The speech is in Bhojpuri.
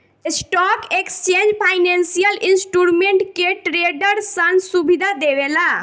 स्टॉक एक्सचेंज फाइनेंसियल इंस्ट्रूमेंट के ट्रेडरसन सुविधा देवेला